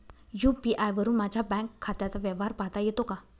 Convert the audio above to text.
UPI वरुन माझ्या bank खात्याचा व्यवहार पाहता येतो का?